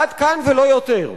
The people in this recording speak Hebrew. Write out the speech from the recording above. עד כאן ולא יותר.